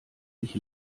ich